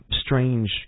strange